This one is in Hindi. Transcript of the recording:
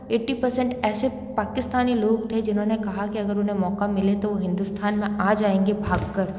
एट्टी परसेंट ऐसे पाकिस्तानी लोग थे जिन्होंने कहा कि अगर उन्हें मौका मिले तो वो हिंदुस्तान में आ जाएंगे भाग कर